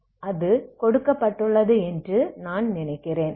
அது கொடுக்கப்பட்டுள்ளது என்று நான் நினைக்கிறேன்